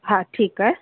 हा ठीकु आहे